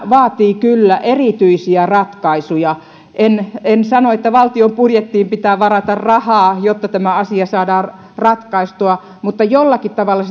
vaatii kyllä erityisiä ratkaisuja en en sano että valtion budjettiin pitää varata rahaa jotta tämä asia saadaan ratkaistua mutta jollakin tavalla